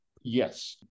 Yes